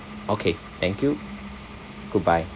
okay thank you goodbye